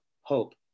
hope